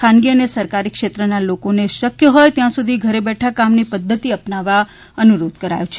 ખાનગી અને સરકારી ક્ષેત્રના લોકોને શક્ય હોય તો ઘેર બેઠા કામની પદ્ધતિ અપનાવવા અનુરોધ કર્યો છે